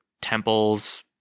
temples